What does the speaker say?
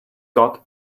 got